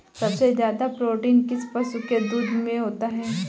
सबसे ज्यादा प्रोटीन किस पशु के दूध में होता है?